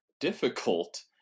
difficult